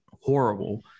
horrible